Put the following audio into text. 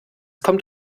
kommt